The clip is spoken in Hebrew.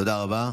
תודה רבה.